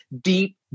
deep